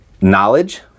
knowledge